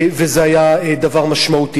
וזה היה דבר משמעותי.